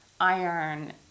iron